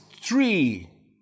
three